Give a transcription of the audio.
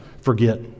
forget